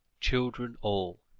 children all,